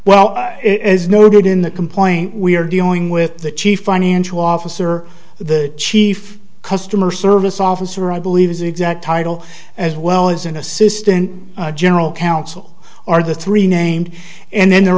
well as noted in the complaint we are dealing with the chief financial officer the chief customer service officer i believe his exact title as well as an assistant general counsel are the three named and then there